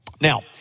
Now